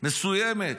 מסוימת